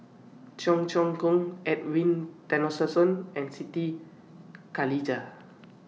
Cheong Choong Kong Edwin Tessensohn and Siti Khalijah